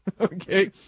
Okay